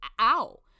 ow